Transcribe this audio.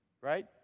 Right